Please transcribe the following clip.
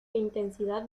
intensidad